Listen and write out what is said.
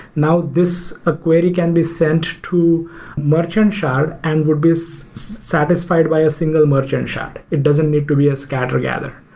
now this ah query can be sent to merchant shard and would be satisfied by a single merchant shard. it doesn't need to be a scatter gather.